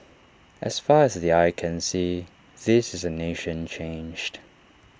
as far as the eye can see this is A nation changed